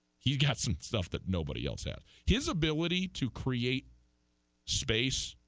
he got some stuff that nobody else that his ability to create space